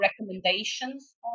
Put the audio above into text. recommendations